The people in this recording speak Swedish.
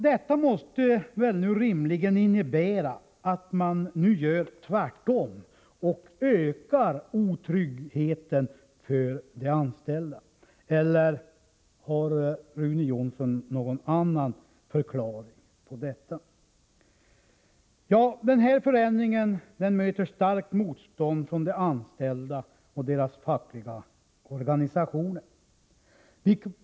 Detta måste väl rimligen innebära att man nu gör tvärtom och ökar otryggheten för de anställda, eller har Rune Jonsson någon annan förklaring? Den här förändringen möter starkt motstånd från de anställda och deras fackliga organisationer.